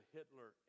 Hitler